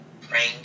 praying